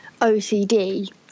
OCD